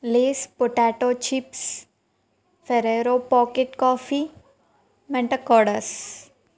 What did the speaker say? Lay's potato chips Ferrero packet coffee మంట కోడస్